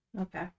Okay